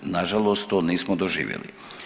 Na žalost to nismo doživjeli.